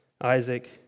Isaac